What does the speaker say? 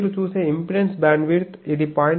మీరు చూసే impedance bandwidth ఇది 0